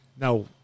Now